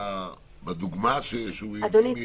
בדוגמה שהוא הביא --- אדוני,